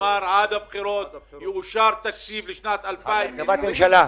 נאמר שעד הבחירות יאושר תקציב לשנת 2020. עד הרכבת ממשלה.